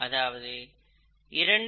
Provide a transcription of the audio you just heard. அதாவது 2